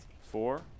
four